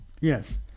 Yes